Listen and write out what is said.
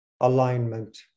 alignment